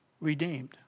redeemed